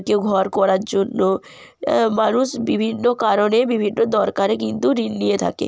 কেউ ঘর করার জন্য মানুষ বিভিন্ন কারণে বিভিন্ন দরকারে কিন্তু ঋণ নিয়ে থাকে